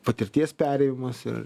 patirties perėjimuose